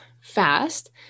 fast